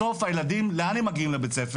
בסוף הילדים לאן הם מגיעים לבית-ספר?